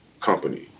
company